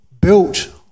built